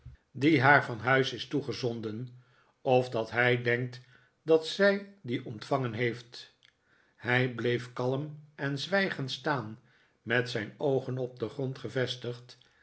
die haar van huis is toegezonden of dat hij denkt dat zij dien ontvangen heeft hij bleef kalm en zwijgend staan met zijn oogen op den grond gevestigd